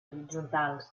horitzontals